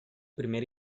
primer